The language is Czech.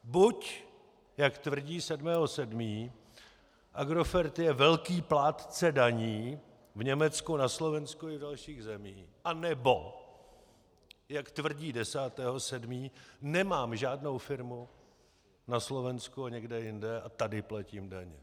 Buď, jak tvrdí 7. 7., Agrofert je velký plátce daní v Německu, na Slovensku i v dalších zemích, anebo jak tvrdí 10. 7., nemám žádnou firmu na Slovensku a někde jinde a tady platím daně.